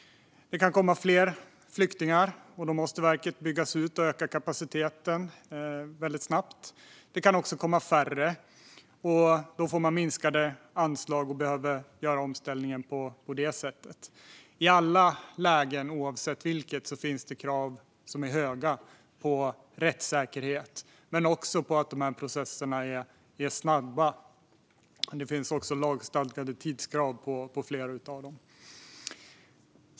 Det kan komma fler flyktingar, och då måste verket byggas ut och snabbt öka kapaciteten. Det kan också komma färre flyktingar, och då får de minskade anslag och behöver göra en sådan omställning. I alla lägen, oavsett vilket, finns det höga krav på rättssäkerhet men också på att processerna är snabba. Det finns också lagstadgade tidskrav på flera av dem.